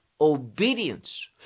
obedience